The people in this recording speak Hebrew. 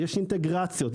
ויש אינטגרציות.